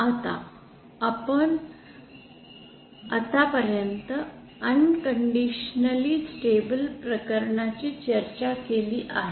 आता आपण आतापर्यंत अनकंडीशनली स्टॅबिल प्रकरणाची चर्चा केलेली आहे